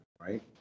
right